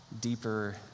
deeper